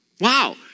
Wow